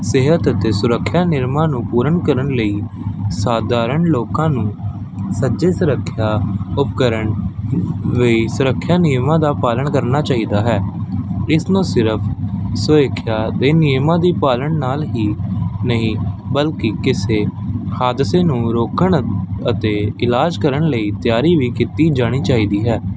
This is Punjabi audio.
ਸਿਹਤ ਅਤੇ ਸੁਰੱਖਿਆ ਨਿਯਮਾਂ ਨੂੰ ਪੂਰਨ ਕਰਨ ਲਈ ਸਾਧਾਰਨ ਲੋਕਾਂ ਨੂੰ ਸੱਚੇ ਸੁਰੱਖਿਆ ਉਪਕਰਣ ਵੀ ਸੁਰੱਖਿਆ ਨਿਯਮਾਂ ਦਾ ਪਾਲਣ ਕਰਨਾ ਚਾਹੀਦਾ ਹੈ ਇਸਨੂੰ ਸਿਰਫ਼ ਸੁਇਖ਼ਿਆ ਦੇ ਨਿਯਮਾਂ ਦੀ ਪਾਲਣ ਨਾਲ ਹੀ ਨਹੀ ਬਲ ਕਿ ਕਿਸੇ ਹਾਦਸੇ ਨੂੰ ਰੋਕਣ ਅਤੇ ਇਲਾਜ ਕਰਨ ਲਈ ਤਿਆਰੀ ਵੀ ਕੀਤੀ ਜਾਣੀ ਚਾਹੀਦੀ ਹੈ